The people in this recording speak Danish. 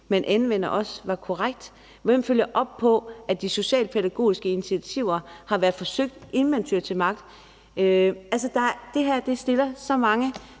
man anvender, også er korrekt? Hvem følger op på, at de socialpædagogiske initiativer har været forsøgt, inden man tyer til magt? Altså, det stiller så mange